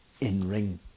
in-ring